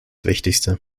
wichtigste